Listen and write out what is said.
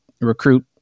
recruit